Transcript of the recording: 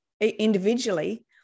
individually